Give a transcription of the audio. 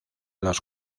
los